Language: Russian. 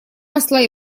посла